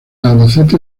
albacete